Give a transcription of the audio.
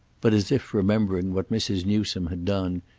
but, as if remembering what mrs. newsome had done,